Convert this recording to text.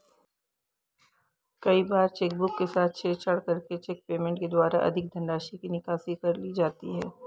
कई बार चेकबुक के साथ छेड़छाड़ करके चेक पेमेंट के द्वारा अधिक धनराशि की निकासी कर ली जाती है